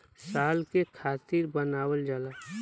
साल के खातिर बनावल जाला